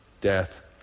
death